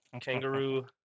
Kangaroo